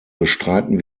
bestreiten